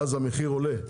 ואז המחיר עולה,